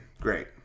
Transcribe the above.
Great